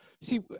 See